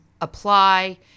apply